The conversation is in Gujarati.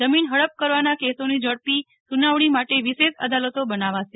જમીન હડપ કરવાના કેસોની ઝડપી સુનાવણી માટે વિશેષ અદાલતો બનાવાશે